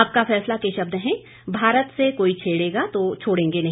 आपका फैसला के शब्द हैं भारत से कोई छेड़ेगा तो छोड़ेंगे नहीं